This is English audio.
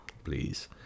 Please